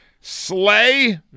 Slay